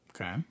Okay